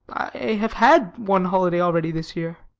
i have had one holiday already this year.